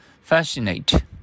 Fascinate